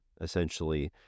essentially